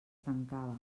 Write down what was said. trencava